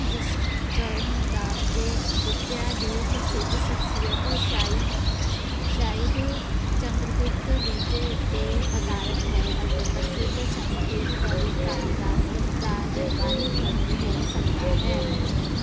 ਵਿਸ਼ਕਰਮ ਦਾਤੇ ਦਿੱਤਿਆ ਦੀ ਪ੍ਰਸਿੱਧ ਸ਼ਖਸੀਅਤ ਸ਼ਾਈ ਸ਼ਾਇਦ ਚੰਦਰਗੁਪਤ ਦੂਜੇ ਉੱਤੇ ਅਧਾਰਤ ਹੈ ਅਤੇ ਪ੍ਰਸਿੱਧ ਸੰਸਕ੍ਰਿਤ ਕਵੀ ਕਾਲੀਦਾਸ ਉਸ ਦਾ ਦਰਬਾਰੀ ਕਵੀ ਹੋ ਸਕਦਾ ਹੈ